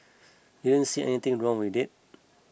didn't see anything wrong with it